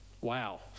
Wow